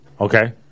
Okay